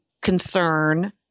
concern